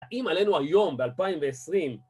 האם עלינו היום, ב-2020?